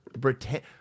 pretend